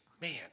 Man